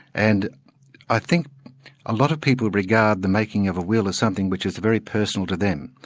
and i think a lot of people regard the making of a will as something which is very personal to them.